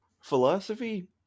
philosophy